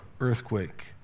earthquake